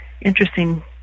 interesting